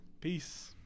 peace